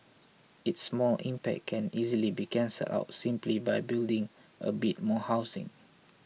its small impact can easily be cancelled out simply by building a bit more housing